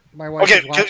Okay